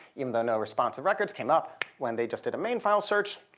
even though no responsive records came up when they just did a main file search,